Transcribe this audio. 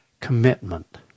commitment